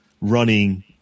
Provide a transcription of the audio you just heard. running